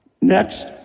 Next